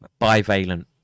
Bivalent